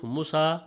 Musa